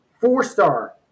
four-star